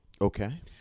Okay